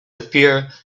appear